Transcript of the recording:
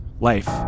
life